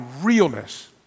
realness